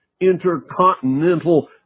intercontinental